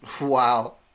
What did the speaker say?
Wow